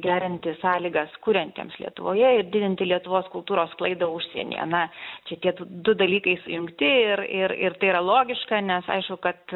gerinti sąlygas kuriantiems lietuvoje ir didinti lietuvos kultūros sklaidą užsienyje na čia tiet du dalykai sujungti ir ir ir tai yra logiška nes aišku kad